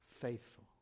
faithful